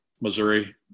Missouri